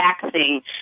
taxing